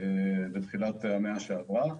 בתחילת המאה שעברה,